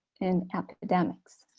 and epidemics.